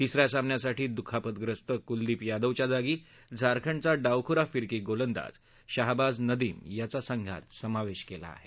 तिसऱ्या सामन्यासाठी दुखापतग्रस्त कुलदीप यादवच्या जागी झारखंडचा डावखुरा फिरकी गोलंदाज शाहबाझ नदीम याचा संघात समावेश केला आहे